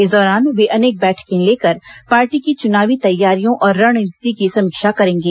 इस दौरान वे अनेक बैठकें लेकर पार्टी की चुनावी तैयारियों और रणनीति की समीक्षा करेंगे